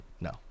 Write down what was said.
No